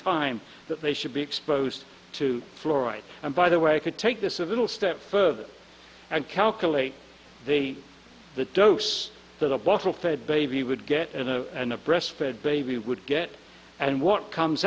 time that they should be exposed to fluoride and by the way could take this of little step further and calculate the the dose that a bottle fed baby would get an a and a breast fed baby would get and what comes